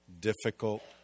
difficult